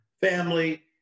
family